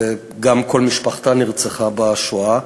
שגם כל משפחתה נרצחה בשואה,